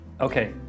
Okay